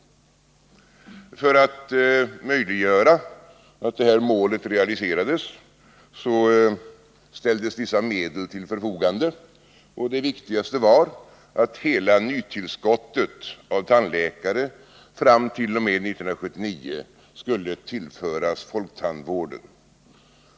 För att möjliggöra att detta mål realiserades ställdes vissa medel till förfogande, och det viktigaste var att hela nytillskottet av tandläkare t.o.m. år 1979 skulle tillföras folktandvården.